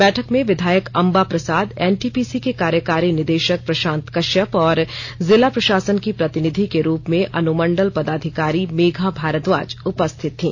बैठक में विधायक अंबा प्रसाद एनटीपीसी के कार्यकारी निदेशक प्रशांत कश्यप और जिला प्रशासन की प्रतिनिधि के रूप में अनुमंडल पदाधिकारी मेघा भारद्वाज उपस्थित थी